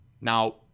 Now